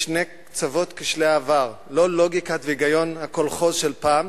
משני קצוות כשלי העבר: לא לוגיקת והיגיון הקולחוז של פעם,